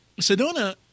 Sedona